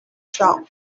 shop